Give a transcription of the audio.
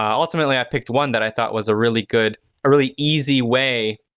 ultimately, i picked one that i thought was a really good a really easy way